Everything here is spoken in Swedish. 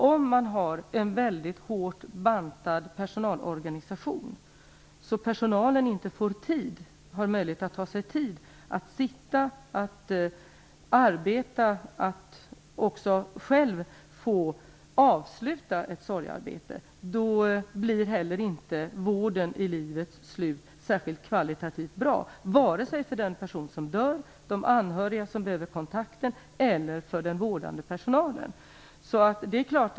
Om man har en väldigt hårt bantad personalorganisation, så att personalen inte har möjlighet att ta sig tid att sitta och också få avsluta ett sorgearbete, då blir inte heller vården i livets slutskede kvalitativt särskilt bra vare sig för den person som dör, de anhöriga som behöver kontakten eller för den vårdande personalen.